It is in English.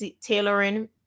tailoring